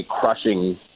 crushing